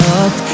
up